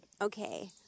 Okay